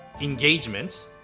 engagement